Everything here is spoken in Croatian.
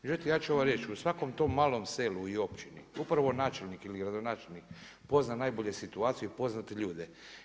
Međutim, ja ću vam reći, u svakom tom malom selu i općini upravo načelnik ili gradonačelnik pozna najbolje situaciji i pozna te ljude.